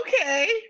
Okay